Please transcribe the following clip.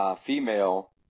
female